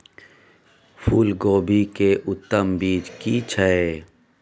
फूलकोबी के उत्तम बीज की छै?